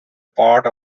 part